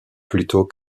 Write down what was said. plutôt